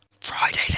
Friday